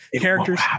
characters